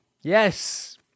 Yes